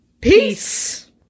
Peace